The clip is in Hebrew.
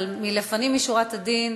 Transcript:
אבל לפנים משורת הדין,